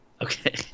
Okay